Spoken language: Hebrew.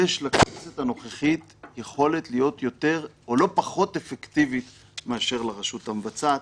יש לכנסת הנוכחית יכולת להיות לא פחות אפקטיבית מאשר לרשות המבצעת,